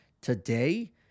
Today